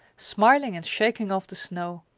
smiling and shaking off the snow!